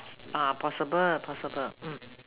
ah possible possible um